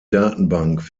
datenbank